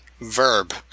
verb